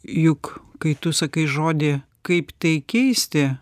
juk kai tu sakai žodį kaip tai keisti